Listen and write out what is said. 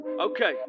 Okay